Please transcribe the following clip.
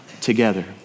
together